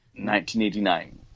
1989